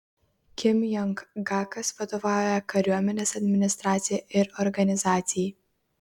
kim jong gakas vadovauja kariuomenės administracija ir organizacijai